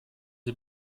sie